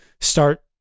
start